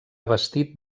bastit